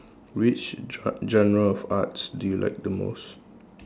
which gen~ genre of arts do you like the most